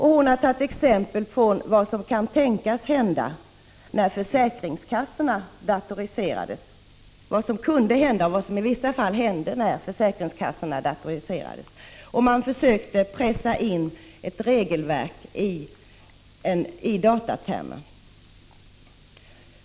Hon har tagit exempel från vad som kunde hända och vad som i vissa fall hände när försäkringskassorna datoriserades och man försökte pressa in ett regelverk i datatermer.